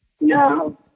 No